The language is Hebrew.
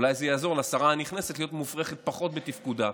אולי זה יעזור לשרה הנכנסת להיות מופרכת פחות בתפקודה.